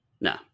No